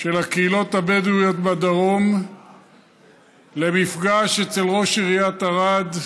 של הקהילות הבדואיות בדרום למפגש אצל ראש עיריית ערד,